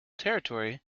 territory